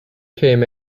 came